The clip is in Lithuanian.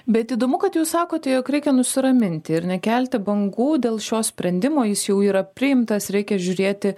bet įdomu kad jūs sakote jog reikia nusiraminti ir nekelti bangų dėl šio sprendimo jis jau yra priimtas reikia žiūrėti